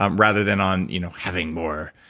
um rather than on you know having more.